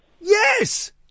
Yes